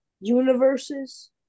universes